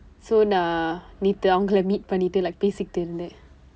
so நான் நேற்று அவங்கள: naan neeru avangkala meet பண்ணிட்டு:pannitdu like பேசிட்டு இருந்தேன்:peesitdu irundtheen